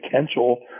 potential